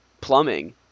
plumbing